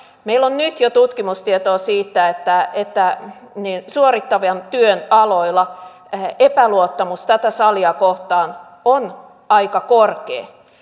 meillä on nyt jo tutkimustietoa siitä että että suorittavan työn aloilla epäluottamus tätä salia kohtaan on aika korkea